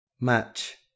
Match